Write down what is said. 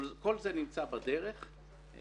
כל זה נמצא בדרך.